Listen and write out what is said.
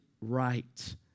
right